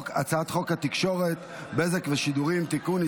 הצעת חוק התקשורת (בזק ושידורים) (תיקון,